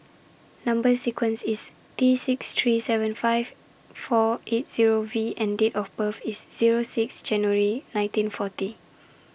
Number sequence IS T six three seven five four eight Zero V and Date of birth IS Zero six January nineteen forty